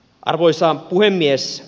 arvoisa puhemies